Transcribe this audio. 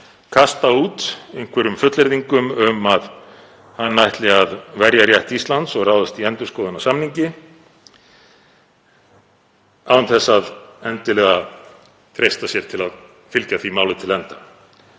kasta út fullyrðingum um að hann ætli að verja rétt Íslands og ráðast í endurskoðun á samningi án þess endilega að treysta sér til að fylgja því máli til enda?